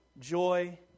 joy